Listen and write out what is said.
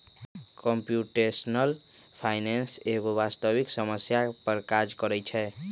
computational finance एगो वास्तविक समस्या पर काज करइ छै